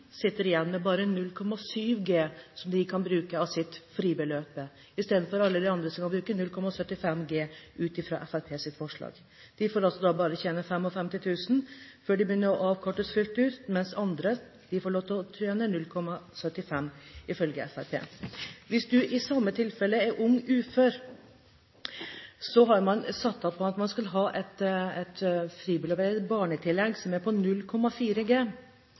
sitter igjen med bare 0,7 G som man kan bruke av sitt fribeløp, istedenfor de andre som kan bruke 0,75 G, ut fra Fremskrittspartiets forslag. Man får altså da bare tjene 55 000 kr før man begynner å få avkorting fullt ut, mens andre får lov til å tjene 0,75 G, ifølge Fremskrittspartiet. Hvis man i samme tilfellet er ung ufør og får barn, har man satset på at man skal ha et barnetillegg som er på 0,4 G.